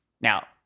Now